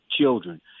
children